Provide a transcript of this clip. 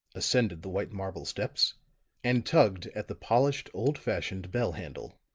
ascended the white marble steps and tugged at the polished, old-fashioned bell-handle.